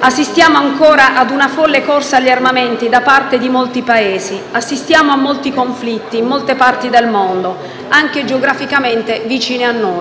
assistiamo ancora ad una folle corsa agli armamenti da parte di molti Paesi, a molti conflitti in molte parti del mondo, anche geograficamente vicini a noi.